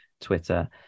Twitter